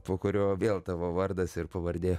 po kurio vėl tavo vardas ir pavardė